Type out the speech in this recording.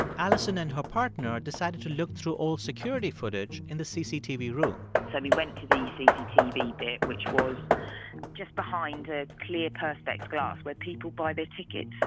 alison and her partner decided to look through old security footage in the cctv room so we went to the cctv bit, which was just behind a clear perspex glass where people buy their tickets.